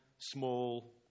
small